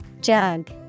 jug